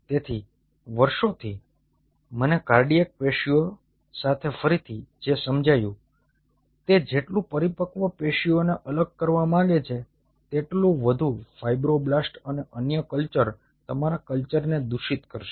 તેથી વર્ષોથી મને કાર્ડિયાક પેશીઓ સાથે ફરીથી જે સમજાયું તે જેટલું પરિપક્વ પેશીઓને અલગ કરવા માંગે છે તેટલું વધુ ફાઇબ્રોબ્લાસ્ટ અને અન્ય કલ્ચર તમારા કલ્ચરને દૂષિત કરશે